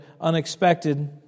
unexpected